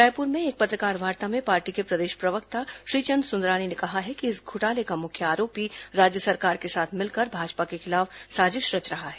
रायपुर में एक पत्रकारवार्ता में पार्टी के प्रदेश प्रवक्ता श्रीचंद सुंदरानी ने कहा कि इस घोटाले का मुख्य आरोपी राज्य सरकार के साथ मिलकर भाजपा के खिलाफ साजिश रच रहा है